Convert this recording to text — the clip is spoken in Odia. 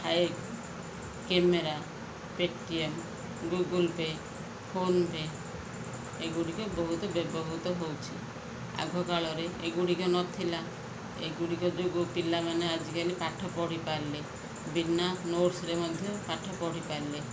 hike camera Paytm Google Pay PhonePe ଏଗୁଡ଼ିକ ବହୁତ ବ୍ୟବହୃତ ହେଉଛି ଆଗକାଳରେ ଏଗୁଡ଼ିକ ନଥିଲା ଏଗୁଡ଼ିକ ଯୋଗୁଁ ପିଲାମାନେ ଆଜିକାଲି ପାଠ ପଢ଼ି ପାରିଲେ ବିନା ନୋଟ୍ସରେ ମଧ୍ୟ ପାଠ ପଢ଼ିପାରିଲେ